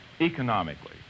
economically